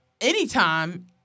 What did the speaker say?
anytime